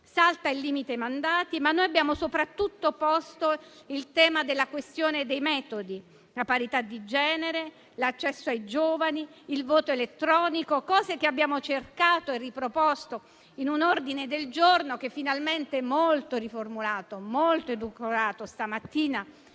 Salta il limite ai mandati, ma noi abbiamo soprattutto posto il tema della questione dei metodi: la parità di genere, l'accesso ai giovani, il voto elettronico; cose che abbiamo cercato e riproposto in un ordine del giorno che, molto riformulato e molto edulcorato, stamattina